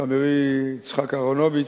חברי יצחק אהרונוביץ,